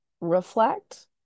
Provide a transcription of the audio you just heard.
reflect